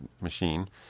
machine